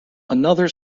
another